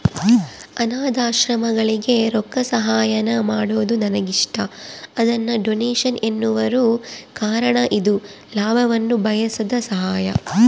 ಅನಾಥಾಶ್ರಮಗಳಿಗೆ ರೊಕ್ಕಸಹಾಯಾನ ಮಾಡೊದು ನನಗಿಷ್ಟ, ಅದನ್ನ ಡೊನೇಷನ್ ಎನ್ನುವರು ಕಾರಣ ಇದು ಲಾಭವನ್ನ ಬಯಸದ ಸಹಾಯ